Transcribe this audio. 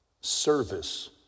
service